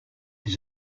his